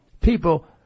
people